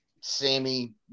Sammy